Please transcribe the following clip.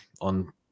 on